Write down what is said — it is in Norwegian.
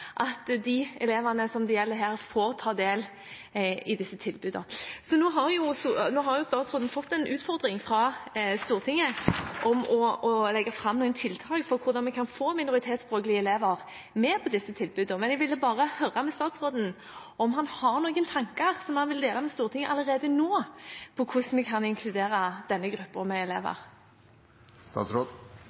at de elevene dette gjelder, får ta del i disse tilbudene. Nå har statsråden fått en utfordring fra Stortinget om å legge fram noen tiltak for hvordan man kan få minoritetsspråklige elever med på disse tilbudene. Jeg ville bare høre med statsråden om han har noen tanker som han vil dele med Stortinget allerede nå, om hvordan vi kan inkludere denne gruppen elever.